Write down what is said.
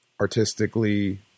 artistically